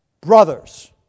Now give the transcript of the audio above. brothers